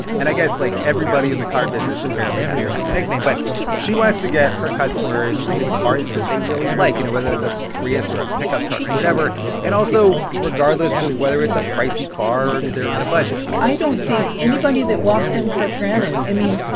and i guess, like, everybody in the car business apparently has to have a nickname. but she wants to get her customers into cars that they really like, you know, whether it's a prius or a pickup truck or whatever and also, regardless of whether it's a pricey car or they're on a budget i don't take anybody that walks in for granted. i mean,